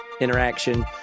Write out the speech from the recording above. interaction